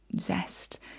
zest